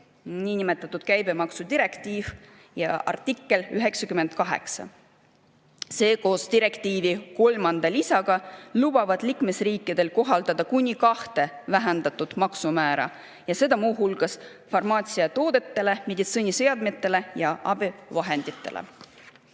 niinimetatud käibemaksudirektiiv ja artikkel 98. See koos direktiivi kolmanda lisaga lubab liikmesriikidel kohaldada kuni kahte vähendatud maksumäära, muu hulgas farmaatsiatoodetele, meditsiiniseadmetele ja abivahenditele.